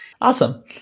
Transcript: Awesome